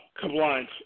compliance